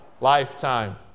lifetime